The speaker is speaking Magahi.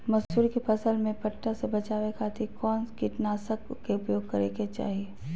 मसूरी के फसल में पट्टा से बचावे खातिर कौन कीटनाशक के उपयोग करे के चाही?